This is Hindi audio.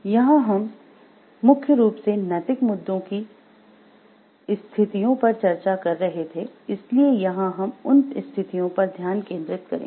यहाँ हम मुख्य रूप से नैतिक मुद्दों की स्थितियों पर चर्चा कर रहे थे इसलिए यहां हम उन स्थितियों पर ध्यान केंद्रित करेंगे